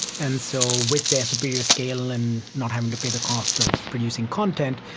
and so with their superior scale and not having to pay the cost of producing content,